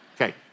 Okay